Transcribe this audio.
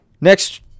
Next